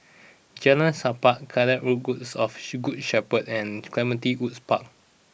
Jalan Sappan of Shepherd and Clementi Woods Park